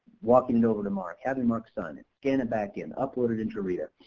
walking it over to mark, having mark sign it, scan it back in, upload it into reta,